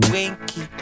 Winky